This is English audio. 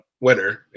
winner